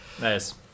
Nice